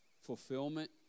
fulfillment